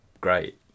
great